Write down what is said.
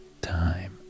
time